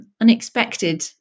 unexpected